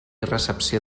recepció